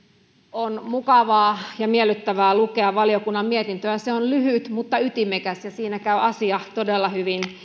on mukavaa ja miellyttävää lukea valiokunnan mietintöä se on lyhyt mutta ytimekäs ja siinä käy asia todella hyvin